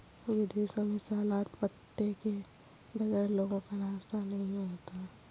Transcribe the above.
विदेशों में सलाद पत्ता के बगैर लोगों का नाश्ता ही नहीं होता